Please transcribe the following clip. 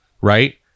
right